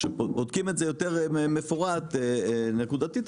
כשבודקים את זה יותר מפורט נקודתית,